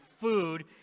food